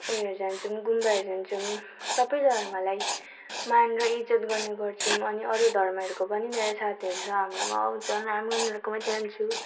उयोहरू जान्छौँ गुम्बाहरू जान्छौँ सबै धर्मलाई मान र इज्जत गर्ने गर्छौँ अनि अरू धर्महरूको पनि मेरा साथीहरू छ हाम्रामा आउँछन् हामी उनीहरूकोमा जान्छु